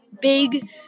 big